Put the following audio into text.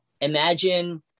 imagine